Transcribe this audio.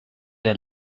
der